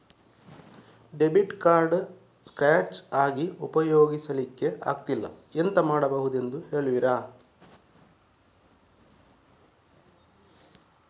Debit card scratch ಆಗಿ ಉಪಯೋಗಿಸಲ್ಲಿಕ್ಕೆ ಆಗ್ತಿಲ್ಲ, ಎಂತ ಮಾಡುದೆಂದು ಹೇಳುವಿರಾ?